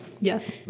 Yes